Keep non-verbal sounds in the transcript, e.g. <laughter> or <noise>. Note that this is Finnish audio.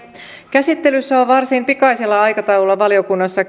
käsittelyssä on varsin pikaisella aikataululla valiokunnassa <unintelligible>